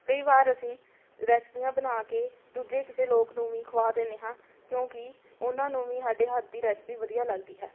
ਕਈ ਵਾਰ ਅਸੀਂ ਰੈਸਪੀਆਂ ਬਣਾ ਕੇ ਦੂਜੇ ਕਿਸੇ ਲੋਕ ਨੂੰ ਵੀ ਖਵਾ ਦਿੰਦੇ ਹਾਂ ਕਿਉਂਕਿ ਉਹਨਾਂ ਨੂੰ ਵੀ ਸਾਡੇ ਹੱਥ ਦੀ ਰੈਸਪੀ ਵਧੀਆ ਲੱਗਦੀ ਹੈ